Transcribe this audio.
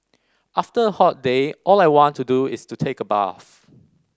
after a hot day all I want to do is to take a bath